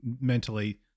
mentally